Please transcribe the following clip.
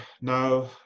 now